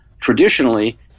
traditionally